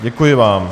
Děkuji vám.